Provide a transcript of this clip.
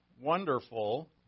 wonderful